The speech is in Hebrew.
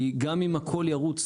כי גם אם הכל ירוץ,